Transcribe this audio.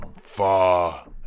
far